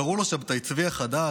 קראו לו שבתאי צבי החדש,